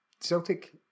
Celtic